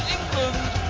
England